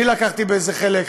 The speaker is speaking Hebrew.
אני לקחתי בזה חלק,